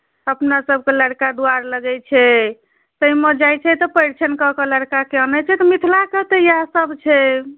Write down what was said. अपनासभकेँ लड़का दुआरि लगैत छै ताहिमे जाइत छै तऽ परिछनि कऽ कऽ लड़काकेँ आनैत छै मिथिलाके तऽ इएहसभ छै